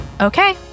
okay